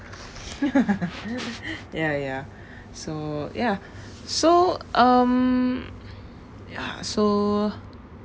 ya ya so ya so um ya so